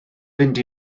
fynd